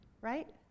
right